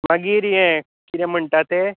मागीर ह्यें किदें म्हणटा तें